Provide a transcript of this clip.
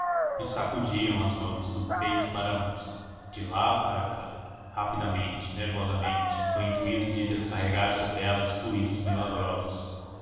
e sacudiam as mãos do peito para a moça de lá para cá rapidamente nervosamente no intuito de descarregar sobre ela os fluidos milagrosos